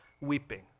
weeping